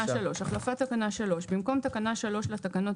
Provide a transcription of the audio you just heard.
החלפת תקנה 3. במקום תקנה 3 לתקנות